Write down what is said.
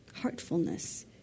Heartfulness